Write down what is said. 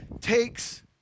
takes